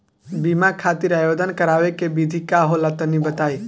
बीमा खातिर आवेदन करावे के विधि का होला तनि बताईं?